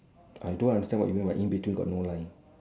I don't understand what do you mean by in between got no line